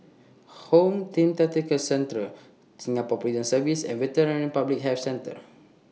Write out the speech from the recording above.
Home Team Tactical Centre Singapore Prison Service and Veterinary Public Health Centre